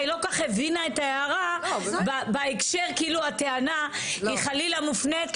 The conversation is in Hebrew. היא לא כל כך הבינה את ההערה בהקשר כאילו הטענה היא חלילה מופנית.